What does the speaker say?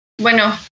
Bueno